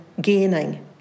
gaining